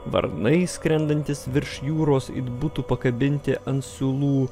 varnai skrendantys virš jūros it būtų pakabinti ant siūlų